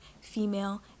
female